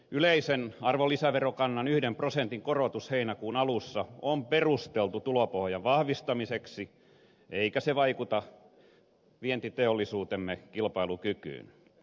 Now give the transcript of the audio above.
yleisen arvonlisäverokannan yhden prosentin korotus heinäkuun alussa on perusteltu tulopohjan vahvistamiseksi eikä se vaikuta vientiteollisuutemme kilpailukykyyn